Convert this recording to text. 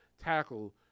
tackle